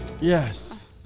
Yes